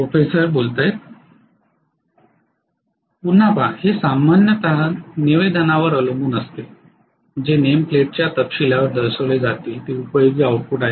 professor पुन्हा पहा हे सामान्यत निवेदनावर अवलंबून असते जे नेम प्लेटच्या तपशीलावर दर्शविले जाते ते उपयोगी आउटपुट आहे